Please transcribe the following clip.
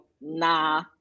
nah